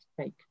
take